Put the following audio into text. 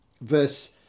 verse